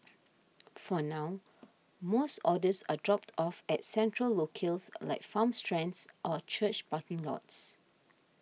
for now most orders are dropped off at central locales like farm stands or church parking lots